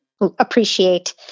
appreciate